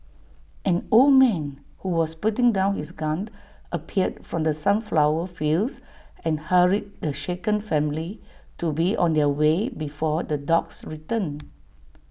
an old man who was putting down his gun appeared from the sunflower fields and hurried the shaken family to be on their way before the dogs return